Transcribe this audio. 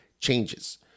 changes